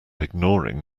ignoring